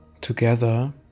together